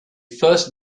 first